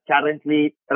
currently